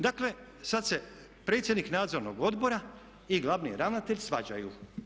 Dakle, sad se predsjednik nadzornog odbora i glavni ravnatelj svađaju.